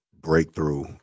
breakthrough